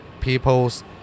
People's